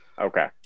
Okay